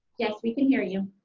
yes, we can hear you.